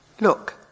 Look